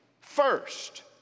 first